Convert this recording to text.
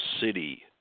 city